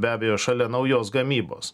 be abejo šalia naujos gamybos